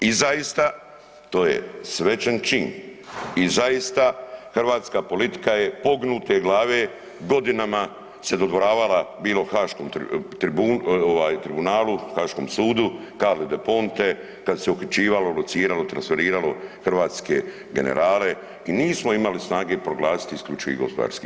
I zaista, to je svečan čin i zaista hrvatska politika je pognute glave godinama se dodvoravala bilo Haškom tribunalu, haškom sudu, Carli Del Ponte, kad se uhićivalo, lociralo, transferiralo hrvatske generale, nismo imali snage proglasiti IGP.